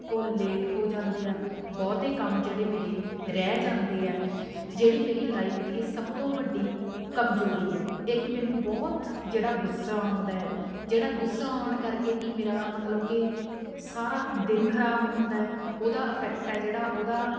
ਉਹ ਲੇਟ ਹੋ ਜਾਂਦੇ ਆ ਬਹੁਤੇ ਕੰਮ ਜਿਹੜੇ ਮੇਰੇ ਰਹਿ ਜਾਂਦੇ ਹੈ ਜਿਹੜੀ ਮੇਰੀ ਲਾਈਫ ਦੀ ਇਹ ਸਭ ਤੋਂ ਵੱਡੀ ਕਮਜ਼ੋਰੀ ਹੈ ਇੱਕ ਮੈਨੂੰ ਬਹੁਤ ਜਿਹੜਾ ਗੁੱਸਾ ਆਉਂਦਾ ਹੈ ਜਿਹੜਾ ਗੁੱਸਾ ਆਉਣ ਕਰਕੇ ਕਿ ਮੇਰਾ ਮਤਲਬ ਕਿ ਸਾਰਾ ਦਿਨ ਖਰਾਬ ਹੁੰਦਾ ਹੈ ਉਹਦਾ ਇਫੈਕਟ ਹੈ ਜਿਹੜਾ ਉਹਦਾ